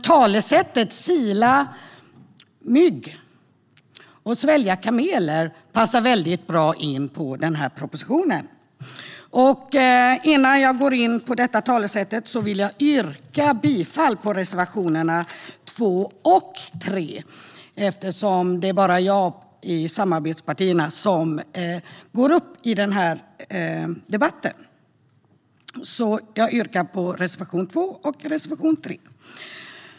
Talesättet "sila mygg och svälja kameler" passar väldigt bra in på propositionen. Innan jag går in på detta talesätt vill jag yrka bifall till reservationerna 2 och 3, eftersom det bara är jag från samarbetspartierna som deltar i debatten. Jag yrkar alltså bifall till reservation 2 och reservation 3.